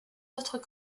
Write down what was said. autres